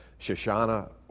Shoshana